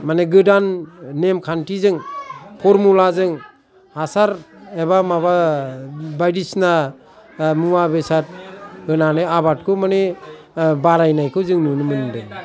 माने गोदान नेमखान्थिजों फरमुलाजों हासार एबा माबा बायदिसिना मुवा बेसाद होनानै आबादखौ माने बारायनायखौ जों नुनो मोनदों